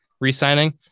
re-signing